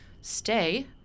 Stay